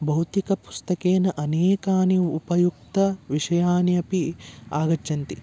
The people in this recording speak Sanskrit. भौतिकपुस्तकेन अनेकाः उपयुक्तविषाः अपि आगच्छन्ति